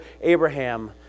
Abraham